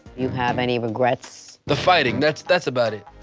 you have any regrets? the fighting. that's that's about it.